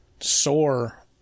sore